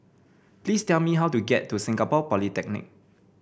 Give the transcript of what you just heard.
please tell me how to get to Singapore Polytechnic